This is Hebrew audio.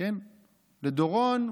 לדורון,